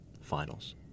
finals